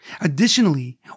Additionally